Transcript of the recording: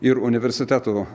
ir universitetų